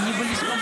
זה סטילס,